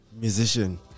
Musician